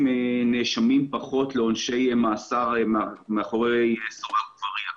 פחות לעונשי מאסר מאחורי סורג ובריח.